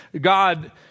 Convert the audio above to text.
God